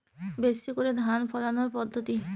বেশি করে ধান ফলানোর পদ্ধতি?